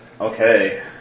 Okay